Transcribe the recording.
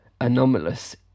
anomalous